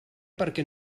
perquè